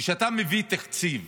כשאתה מביא תקציב